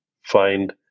find